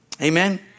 Amen